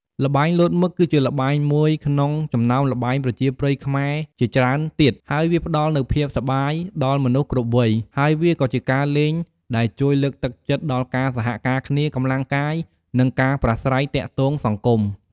ល្បែងលោតមឹក គឺជាល្បែងមួយក្នុងចំណោមល្បែងប្រជាប្រិយខ្មែរជាច្រើនទៀត ហើយវាផ្តល់នូវភាពសប្បាយ ដល់មនុស្សគ្រប់វ័យ ហើយវាក៏ជាការលេងដែលជួយលើកទឹកចិត្តដល់ការសហការគ្នា កម្លាំងកាយ និងការប្រាស្រ័យទាក់ទងសង្គម។